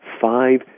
five